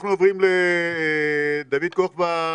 אנחנו עוברים לדוד כוכבא,